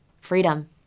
freedom